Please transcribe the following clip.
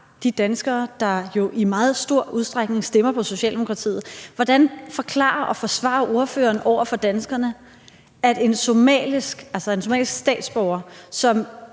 de danskere, der jo i meget stor udstrækning stemmer på Socialdemokratiet? Hvordan forklarer og forsvarer ordføreren over for danskerne, at en somalisk statsborger, som